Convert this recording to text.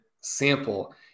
sample